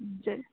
हजुर